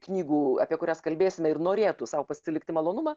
knygų apie kurias kalbėsime ir norėtų sau pasilikti malonumą